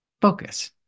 focus